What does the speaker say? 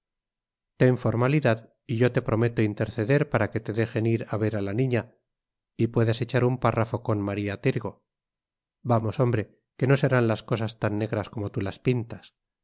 ten formalidad y yo te prometo interceder para que te dejen ir a ver a la niña y puedas echar un párrafo con maría tirgo vamos hombre que no serán las cosas tan negras como tú las pintas